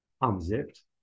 unzipped